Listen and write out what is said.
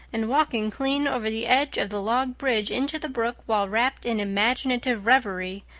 and walking clean over the edge of the log bridge into the brook while wrapped in imaginative reverie,